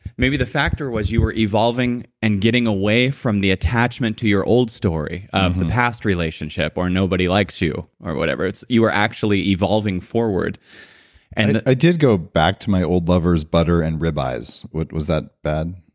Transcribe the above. maybe the factor was you were evolving and getting away from the attachment to your old story of the past relationship or nobody likes you or whatever. it's you are actually evolving forward and i did go back to my old lovers butter and rib eyes. was that bad?